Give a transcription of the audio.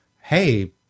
Hey